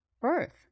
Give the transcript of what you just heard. birth